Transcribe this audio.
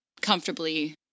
comfortably